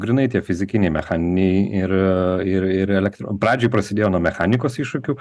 grynai tie fizikiniai mechaniniai ir ir ir elektro pradžioj prasidėjo nuo mechanikos iššūkių